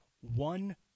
one